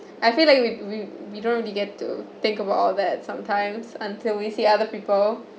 I feel like we we we don't really get to think about all that sometimes until we see other people